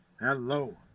Hello